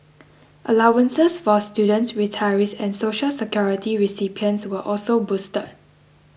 allowances for students retirees and Social Security recipients were also boosted